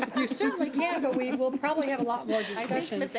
um you certainly can but we will probably have a lot more discussion.